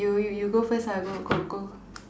you you you go first ah go go go